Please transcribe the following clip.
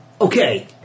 okay